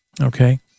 Okay